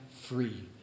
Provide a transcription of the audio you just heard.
free